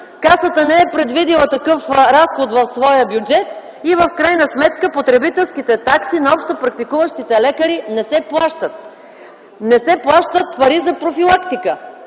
Касата не е предвидила такъв разход в своя бюджет и в крайна сметка потребителските такси на общопрактикуващите лекари не се плащат. Не се плащат пари за профилактика.